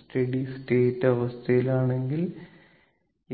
study state അവസ്ഥയിലാണെങ്കിൽ